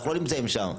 אנחנו לא נמצאים שם,